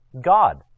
God